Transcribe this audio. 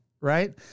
Right